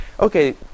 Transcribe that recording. Okay